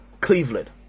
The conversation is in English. Cleveland